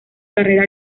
carrera